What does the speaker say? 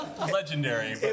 legendary